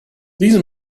these